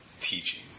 teaching